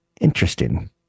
Interesting